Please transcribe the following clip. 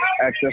access